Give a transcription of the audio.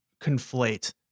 conflate